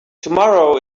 tomorrow